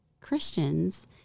christians